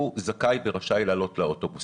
הוא זכאי ורשאי לעלות לאוטובוס.